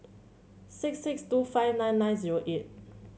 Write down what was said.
six six two five nine nine zero eight